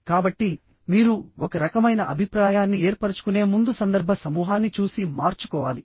కాబట్టిమీరు ఒక రకమైన అభిప్రాయాన్ని ఏర్పరచుకునే ముందు సందర్భ సమూహాన్ని చూసి మార్చుకోవాలి